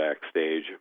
backstage